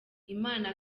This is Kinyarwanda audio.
imana